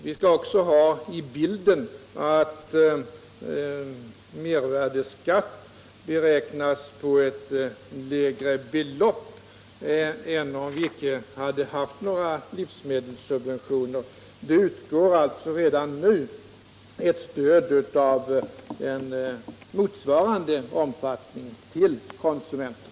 Vi skall också ta hänsyn till att mervärdeskatt beräknas på ett lägre belopp än vad som skulle varit fallet om vi icke hade haft några livsmedelssubventioner. Det utgår alltså redan nu i motsvarande omfattning ett stöd till konsumenterna.